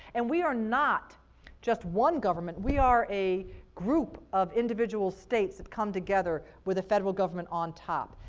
and we are not just one government. we are a group of individual states that come together with the federal government on top.